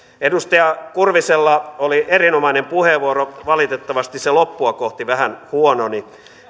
edustaja kurvisella oli erinomainen puheenvuoro valitettavasti se loppua kohti vähän huononi